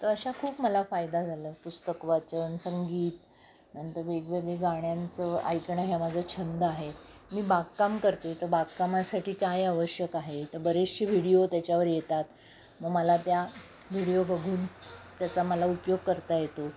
तर अशा खूप मला फायदा झाला आहे पुस्तक वाचन संगीत नंतर वेगवेगळे गाण्यांचं ऐकणं ह्या माझं छंद आहे मी बागकाम करते तर बागकामासाठी काय आवश्यक आहे तर बरेचसे व्हिडिओ त्याच्यावर येतात मग मला त्या व्हिडिओ बघून त्याचा मला उपयोग करता येतो